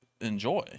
enjoy